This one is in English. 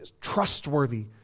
trustworthy